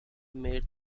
made